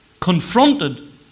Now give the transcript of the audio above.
confronted